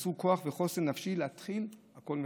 אזרו כוח וחוסן נפשי להתחיל הכול מחדש.